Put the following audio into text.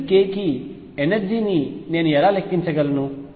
ప్రతి k కి energy ని నేను ఎలా లెక్కించగలను